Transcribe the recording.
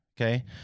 Okay